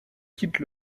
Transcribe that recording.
quitte